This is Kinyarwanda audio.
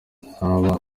ntaba